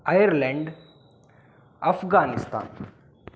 Ireland Afghanistan